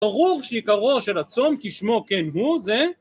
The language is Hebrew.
ברור שעיקרו של הצום, כי שמו כן הוא, זה...